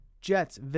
Jets